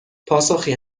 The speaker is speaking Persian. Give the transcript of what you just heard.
پاسخی